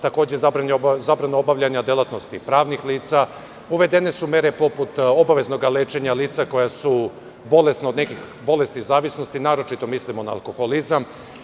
Takođe, zabrana obavljanja delatnosti pravnih lica, uvedene su mere poput obaveznog lečenja lica koja su bolesna od nekih bolesti zavisnosti, naročito mislimo na alkoholizam.